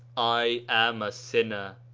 i am a sinner,